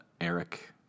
Eric